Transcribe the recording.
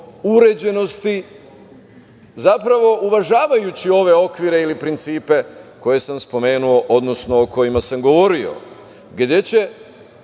uređenosti, zapravo uvažavajući ove okvire ili principe koje sam spomenuo, odnosno o kojima sam govorio, gde ćemo